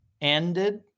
ended